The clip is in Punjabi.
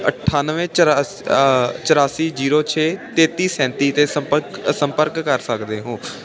ਅੱਠਨਵੇਂ ਚਰਾਸ ਚੌਰਾਸੀ ਜੀਰੋ ਛੇ ਤੇਤੀ ਸੈਂਤੀ 'ਤੇ ਸਪੰਰਕ ਸੰਪਰਕ ਕਰ ਸਕਦੇ ਹੋ